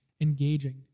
engaging